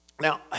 Now